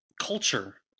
culture